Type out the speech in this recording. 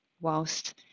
whilst